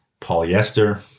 polyester